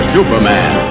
Superman